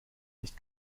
nicht